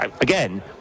again